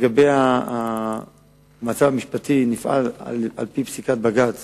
מאז פורקה מועצת עיריית